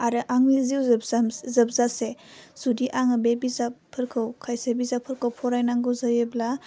आरो आंनि जिउ जोबसां जोबजासे जुदि आङो बे बिजाबफोरखौ खायसे बिजाबफोरखौ फरायनांगौ जायोब्ला